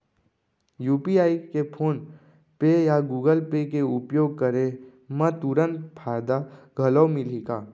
UPI के PhonePe या Google Pay के उपयोग करे म तुरंत फायदा घलो मिलही का?